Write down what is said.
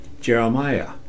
Jeremiah